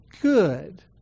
good